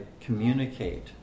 communicate